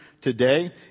today